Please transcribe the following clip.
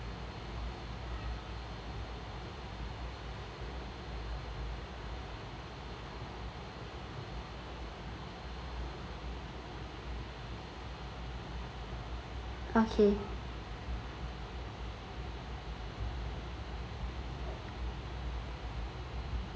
okay